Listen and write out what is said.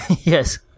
Yes